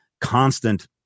constant